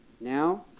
now